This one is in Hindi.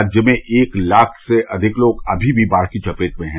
राज्य में एक लाख से अधिक लोग अमी भी बाढ़ की चपेट में हैं